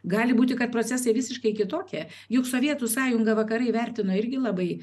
gali būti kad procesai visiškai kitokie juk sovietų sąjungą vakarai vertino irgi labai